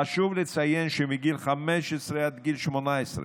חשוב לציין שמגיל 15 עד גיל 18,